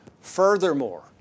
Furthermore